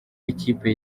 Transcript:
w’ikipe